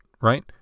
right